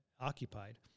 occupied